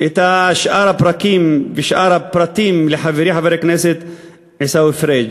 שאר הפרקים ושאר הפרטים לחברי חבר הכנסת עיסאווי פריג'.